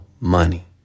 money